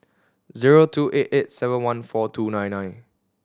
zero two eight eight seven one four two nine nine